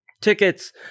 tickets